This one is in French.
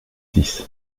six